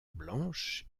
blanche